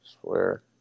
Swear